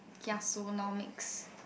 kiasu-nomics